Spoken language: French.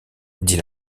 dit